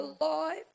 alive